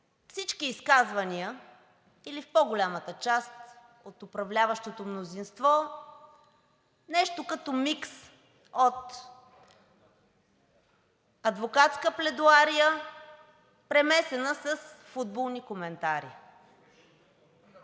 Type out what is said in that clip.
всички изказвания или в тези на по-голямата част от управляващото мнозинство нещо като микс от адвокатска пледоария, примесена с футболни коментари.